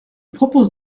propose